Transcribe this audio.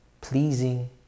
pleasing